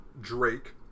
Drake